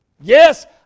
Yes